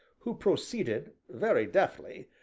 who proceeded, very deftly,